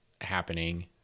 happening